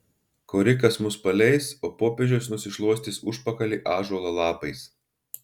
korikas mus paleis o popiežius nusišluostys užpakalį ąžuolo lapais